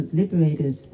liberated